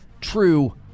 true